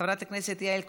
חברת הכנסת יעל כהן-פארן,